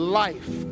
life